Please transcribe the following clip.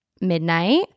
midnight